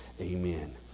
Amen